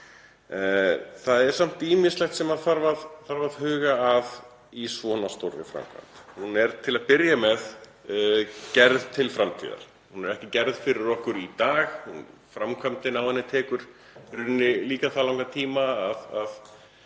Það er samt ýmislegt sem þarf að huga að í svona stórri framkvæmd. Hún er til að byrja með gerð til framtíðar. Hún er ekki gerð fyrir okkur í dag. Framkvæmdin á henni tekur það langan tíma að